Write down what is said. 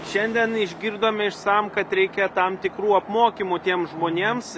šiandien išgirdome iš sam kad reikia tam tikrų apmokymų tiem žmonėms